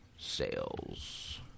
Sales